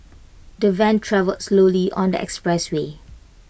the van travelled slowly on the expressway